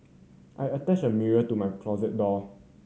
I attached a mirror to my closet door